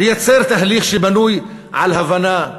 לייצר תהליך שבנוי על הבנה,